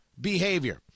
behavior